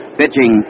pitching